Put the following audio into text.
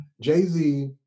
Jay-Z